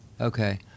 Okay